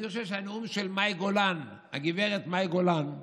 אני חושב שהנאום של מאי גולן, הגב' מאי גולן,